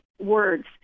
words